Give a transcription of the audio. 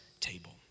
table